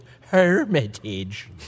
hermitage